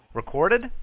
recorded